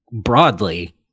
broadly